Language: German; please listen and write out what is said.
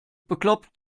bekloppt